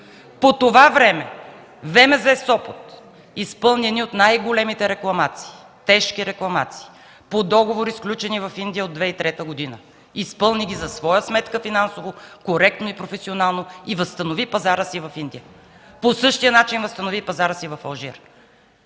По това време ВМЗ – Сопот, изпълни едни от най-големите рекламации, тежки рекламации по договори, сключени в Индия от 2003 г. Изпълни ги за своя сметка финансово, коректно и професионално, и възстанови пазара си в Индия. По същия начин възстанови и пазара си в Алжир.